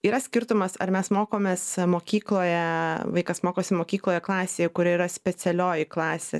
yra skirtumas ar mes mokomės mokykloje vaikas mokosi mokykloje klasėje kuri yra specialioji klasė